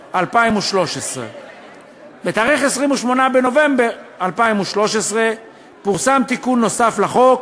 2013. ביום 28 בנובמבר 2013 פורסם תיקון נוסף לחוק,